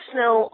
Snow